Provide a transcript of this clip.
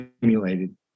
simulated